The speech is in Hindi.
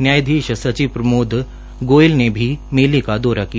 न्यायाधीश सचिव प्रोमद गोयल भी मेले का दौरा किया